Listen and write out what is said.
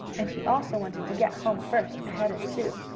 and he also wanted to get home first, ahead of sue.